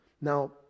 Now